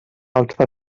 altra